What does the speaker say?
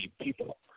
people